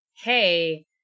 hey